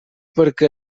perquè